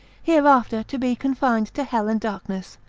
hereafter to be confined to hell and darkness,